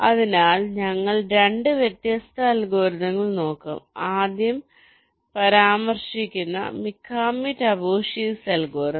അതിനാൽ ഞങ്ങൾ 2 വ്യത്യസ്ത അൽഗോരിതങ്ങൾ നോക്കും ഞങ്ങൾ ആദ്യം പരാമർശിക്കുന്ന Mikami Tabuchis അൽഗോരിതം